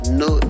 no